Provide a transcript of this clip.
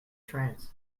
trance